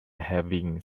having